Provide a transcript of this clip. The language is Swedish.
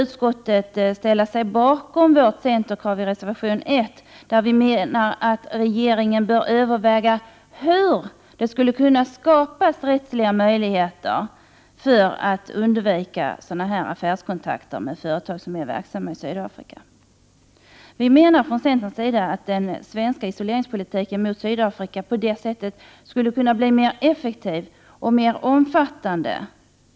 Utskottet vill tyvärr inte ställa sig bakom centerkravet i reservation 1, där vi menar att regeringen bör överväga hur det skulle kunna skapas rättsliga möjligheter för att undvika affärskontakter med företag som är verksamma i Sydafrika. Vi i centern menar att den svenska isoleringspolitiken mot Sydafrika genom vårt förslag skulle kunna bli mer effektiv och mer omfattande.